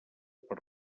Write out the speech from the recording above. per